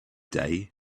day